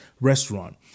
restaurant